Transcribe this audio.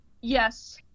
Yes